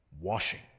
washing